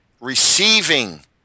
receiving